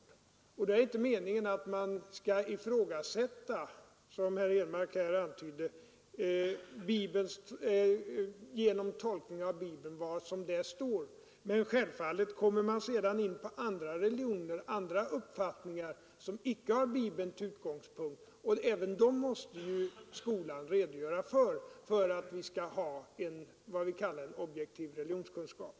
Däremot är det inte meningen att man genom tolkning av Bibeln skall, såsom herr Henmark här antydde, ifrågasätta vad som där står. Självfallet kommer man sedan, vid studiet av andra religioner, in på även andra uppfattningar, som icke har Bibeln som utgångspunkt. Även dem måste ju skolan redogöra för, om vi skall ha en objektiv religionskunskap.